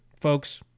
folks